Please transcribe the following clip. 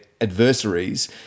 adversaries